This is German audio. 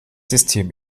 system